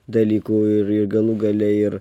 dalykų ir ir galų gale ir